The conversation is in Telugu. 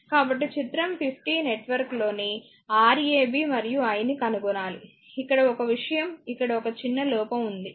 కాబట్టి చిత్రం 50 నెట్వర్క్ లోని Rab మరియు i ని కనుగొనాలి ఇక్కడ ఒక విషయం ఇక్కడ ఒక చిన్న లోపం ఉంది